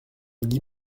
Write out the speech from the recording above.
guy